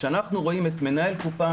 כשאנחנו רואים מנהל קופה,